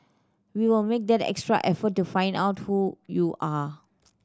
we will make that extra effort to find out who you are